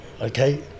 okay